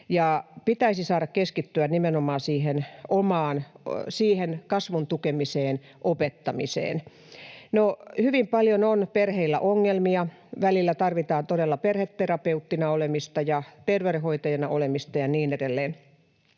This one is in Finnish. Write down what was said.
Pitäisi saada keskittyä nimenomaan siihen kasvun tukemiseen, opettamiseen. No, hyvin paljon on perheillä ongelmia, välillä tarvitaan todella perheterapeuttina olemista ja terveydenhoitajana olemista ja niin edelleen.